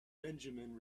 benjamin